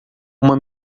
uma